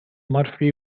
murphy